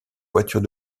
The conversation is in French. voiture